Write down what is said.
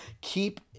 Keep